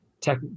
tech